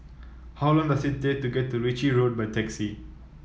how long does it take to get to Ritchie Road by taxi